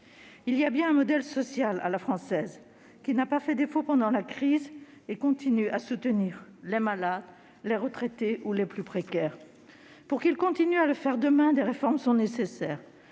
Il y a bien un modèle social « à la française » qui n'a pas fait défaut pendant la crise et continue à soutenir les malades, les retraités et les plus précaires. Pour qu'il continue de le faire demain, des réformes sont nécessaires.